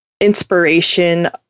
inspiration